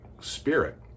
spirit